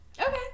Okay